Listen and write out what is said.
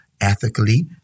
ethically